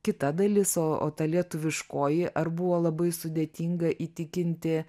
kita dalis o o ta lietuviškoji ar buvo labai sudėtinga įtikinti